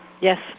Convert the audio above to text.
Yes